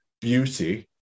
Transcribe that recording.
Beauty